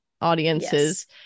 audiences